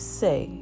say